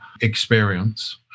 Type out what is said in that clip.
experience